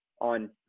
on